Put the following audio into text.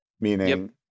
meaning